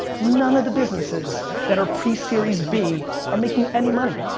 none of the businesses that are pre series b are making any money.